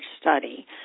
study